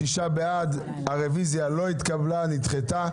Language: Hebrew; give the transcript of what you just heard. הצבעה הרוויזיה לא נתקבלה הרוויזיה לא נתקבלה.